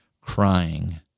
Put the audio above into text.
crying